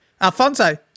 Alfonso